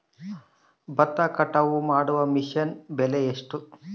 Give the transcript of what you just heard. ಭತ್ತ ಕಟಾವು ಮಾಡುವ ಮಿಷನ್ ಬೆಲೆ ಎಷ್ಟು?